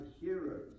heroes